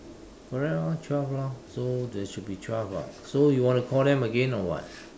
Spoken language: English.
correct ah twelve lor so there should be twelve [what] so you want to call them again or what